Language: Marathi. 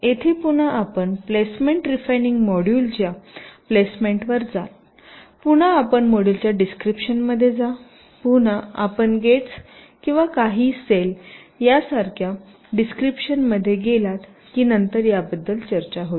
येथे पुन्हा आपण प्लेसमेंट रिफाईनिंग मॉड्यूलच्या प्लेसमेंटवर जाल पुन्हा आपण मॉड्यूलच्या डिस्क्रिपशन मध्ये जा पुन्हा आपण गेट्स किंवा काही पेशी सारख्या डिस्क्रिपशन मध्ये गेलात की नंतर याबद्दल चर्चा होईल